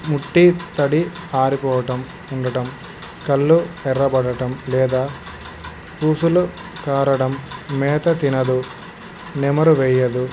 ముట్టి తడి ఆరిపోవటం ఉండటం కళ్ళు ఎర్రబడటం లేదా పూసులు కారడం మేత తినదు నెమరు వేయదు